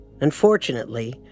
Unfortunately